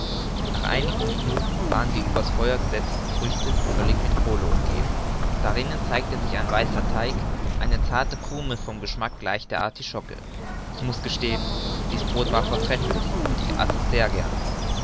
nach einigen minuten waren die über's feuer gesetzten früchte völlig mit kohle umgeben darinnen zeigte sich ein weißer teig eine zarte krume von geschmack gleich der artischocke ich muß gestehen dies brod war vortrefflich und ich aß es sehr gern